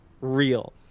real